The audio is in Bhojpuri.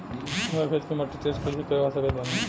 हमरा खेत के माटी के टेस्ट कैसे करवा सकत बानी?